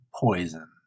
poison